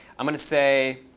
i'm going to say,